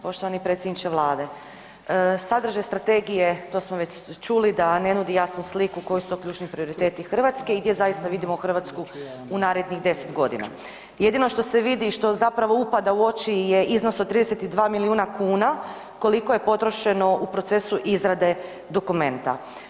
Poštovani predsjedniče vlade, sadržaj strategije, to smo već čuli da ne nudi jasnu sliku koji su to ključni prioriteti Hrvatske i gdje zaista vidimo Hrvatsku u narednih 10.g. Jedino što se vidi, što zapravo upada u oči je iznos od 32 milijuna kuna koliko je potrošeno u procesu izrade dokumenta.